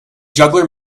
juggler